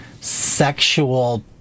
sexual